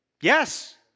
Yes